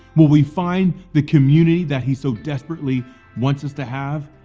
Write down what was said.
will we find the community that he so desperately wants us to have?